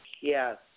Yes